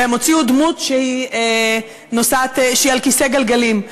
והם הוציאו דמות שהיא על כיסא גלגלים.